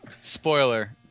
Spoiler